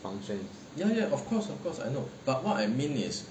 functions